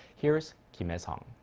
here's kim hye-sung.